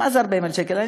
מה זה 40,000 שקלים?